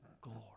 glory